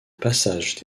passage